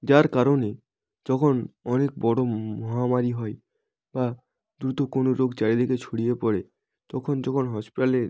যার কারণে যখন অনেক বড়ো মহামারি হয় বা দ্রুত কোনো রোগ চারিদিকে ছড়িয়ে পড়ে তখন যখন হসপিটালে